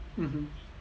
mmhmm